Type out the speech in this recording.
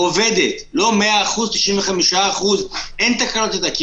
עובדת, לא 100%, 95%, כמעט שאין איתה תקלות.